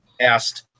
Asked